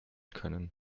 können